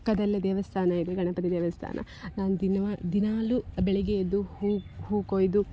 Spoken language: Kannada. ಪಕ್ಕದಲ್ಲೆ ದೇವಸ್ಥಾನ ಇದೆ ಗಣಪತಿ ದೇವಸ್ಥಾನ ನಾನು ದಿನಾ ದಿನವೂ ಬೆಳಗ್ಗೆ ಎದ್ದು ಹೂವು ಹೂವು ಕೊಯ್ದು